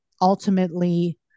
ultimately